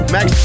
Max